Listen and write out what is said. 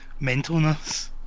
mentalness